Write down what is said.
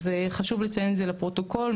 חשוב לציין את זה לפרוטוקול.